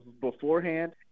beforehand